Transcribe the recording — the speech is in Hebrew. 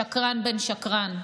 שקרן בן שקרן.